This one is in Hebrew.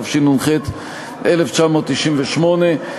התשנ"ח 1998,